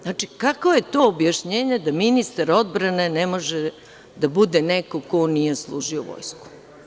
Znači, kakvo je to objašnjenje da ministar odbrane ne može da bude neko ko nije služio vojsku?